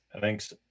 Thanks